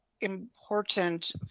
important